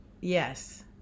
yes